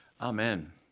Amen